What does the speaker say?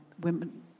Women